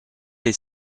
his